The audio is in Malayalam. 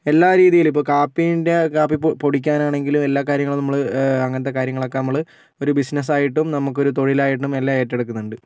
എല്ലാരീതിയിലും ഇപ്പോൾ കാപ്പിയുണ്ട് ആ കാപ്പി പൊ പൊടിക്കാനാണെങ്കിലും എല്ലാ കാര്യങ്ങളും നമ്മൾ അങ്ങനത്തെ കാര്യങ്ങളൊക്കെ നമ്മൾ ഒരു ബിസിനസ്സായിട്ടും നമുക്കൊരു തൊഴിലായിട്ടും എല്ലാം ഏറ്റെടുക്കുന്നുണ്ട്